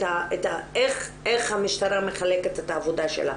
איך המשטרה מחלקת את העבודה שלה.